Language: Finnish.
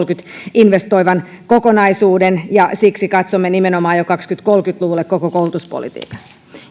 investoivan kokonaisuuden ja siksi katsomme nimenomaan jo kaksituhattakolmekymmentä luvulle koko koulutuspolitiikassa